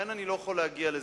לכן אני לא יכול להגיע לזה.